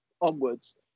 onwards